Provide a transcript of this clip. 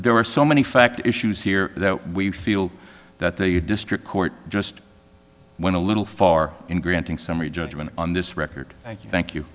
there are so many fact issues here that we feel that the district court just went a little far in granting summary judgment on this record thank you thank you